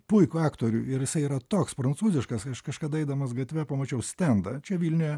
puikų aktorių ir jisai yra toks prancūziškas aš kažkada eidamas gatve pamačiau stendą čia vilniuje